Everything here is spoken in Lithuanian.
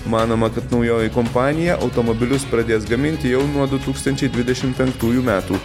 manoma naujoji kompanija automobilius pradės gaminti jau nuo du tūkstančiai dvidešim penktųjų metų